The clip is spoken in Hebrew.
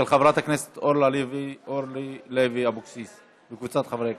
של חברת הכנסת אורלי לוי אבקסיס וקבוצת חברי הכנסת.